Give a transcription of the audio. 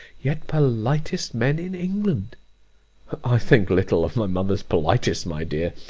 yet politest, men in england i think little of my mother's politest, my dear.